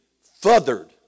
feathered